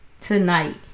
Tonight